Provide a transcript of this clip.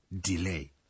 delay